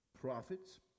prophets